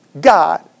God